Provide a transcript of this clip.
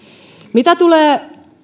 mitä tulee